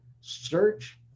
search